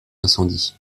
incendies